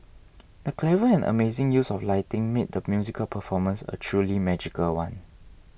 the clever and amazing use of lighting made the musical performance a truly magical one